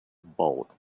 bulk